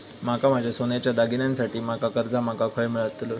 माका माझ्या सोन्याच्या दागिन्यांसाठी माका कर्जा माका खय मेळतल?